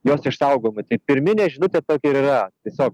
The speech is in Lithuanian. jos išsaugojimui tai pirminė žinutė tokia ir yra tiesiog